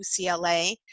UCLA